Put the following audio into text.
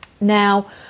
Now